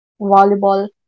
volleyball